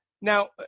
Now